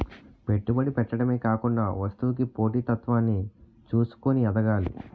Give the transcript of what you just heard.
పెట్టుబడి పెట్టడమే కాకుండా వస్తువుకి పోటీ తత్వాన్ని చూసుకొని ఎదగాలి